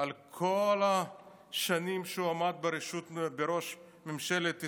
על כל השנים שהוא עמד בראש ממשלת ישראל,